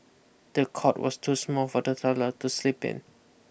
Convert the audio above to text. the cot was too small for the toddler to sleep in